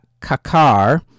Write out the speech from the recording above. Kakar